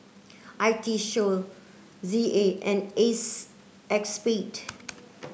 I T Show Z A and ACEXSPADE